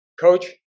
coach